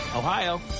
Ohio